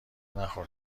نخور